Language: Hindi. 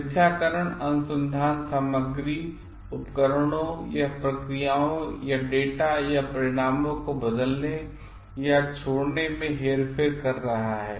मिथ्याकरण अनुसंधान सामग्रीउपकरणोंया प्रक्रियाओं या डेटा या परिणामों को बदलने या छोड़नेमें हेरफेरकर रहा है